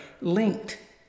linked